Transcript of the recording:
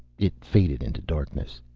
it faded into darkness.